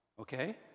okay